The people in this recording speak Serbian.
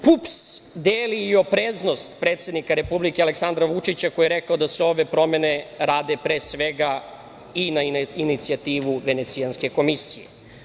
Poslanička grupa PUPS deli i opreznost predsednika Republike Aleksandra Vučića, koji je rekao da se ove promene rade pre svega i na inicijativu Venecijanske komisije.